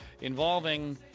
involving